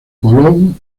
colón